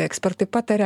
ekspertai pataria